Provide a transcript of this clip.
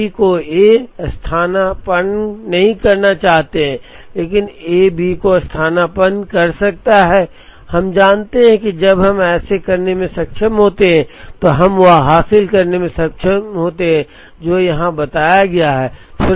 B को A स्थानापन्न नहीं करना चाहते हैं लेकिन ए बी को स्थानापन्न कर सकता है हम जानते हैं कि जब हम ऐसा करने में सक्षम होते हैं तो हम वह हासिल करने में सक्षम होते हैं जो यहां बताया गया है